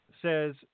says